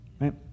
Right